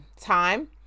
time